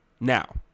Now